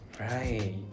Right